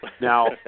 now